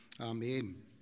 Amen